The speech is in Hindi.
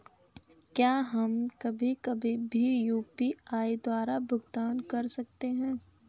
क्या हम कभी कभी भी यू.पी.आई द्वारा भुगतान कर सकते हैं?